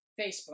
Facebook